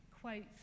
quote